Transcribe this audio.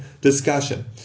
discussion